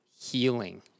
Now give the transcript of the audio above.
healing